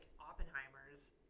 Oppenheimer's